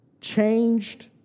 changed